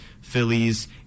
phillies